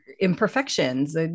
imperfections